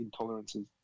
intolerances